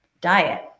diet